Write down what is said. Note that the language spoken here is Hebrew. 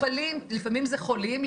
לפעמים זה חולים,